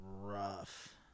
rough